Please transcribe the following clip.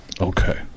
Okay